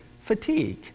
fatigue